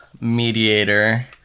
mediator